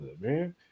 man